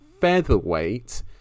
featherweight